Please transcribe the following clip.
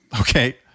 Okay